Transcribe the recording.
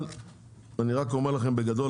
אבל אני רק אומר לכם בגדול,